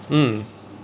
mm